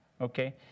Okay